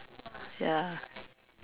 ya